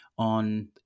on